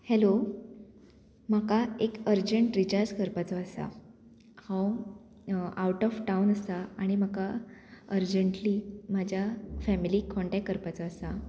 hello म्हाका एक urgent recharge करपाचो आसा हांव आउट ऑफ टावन आसा आनी म्हाका अर्जंटली म्हाज्या फॅमिलीक कॉन्टेक्ट करपाचो आसा